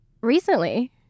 recently